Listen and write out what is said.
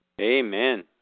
Amen